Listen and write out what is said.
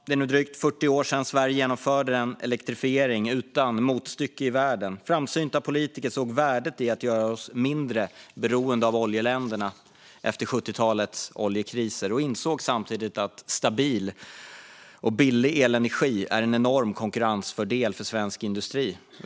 Det är nu drygt 40 år sedan Sverige genomförde en elektrifiering utan motstycke i världen. Framsynta politiker såg värdet i att göra oss mindre beroende av oljeländerna efter 70-talets oljekriser och insåg samtidigt att stabil och billig elenergi är en enorm konkurrensfördel för svensk industri.